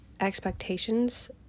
expectations